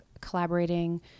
collaborating